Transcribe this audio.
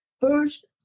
first